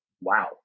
Wow